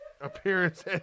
appearance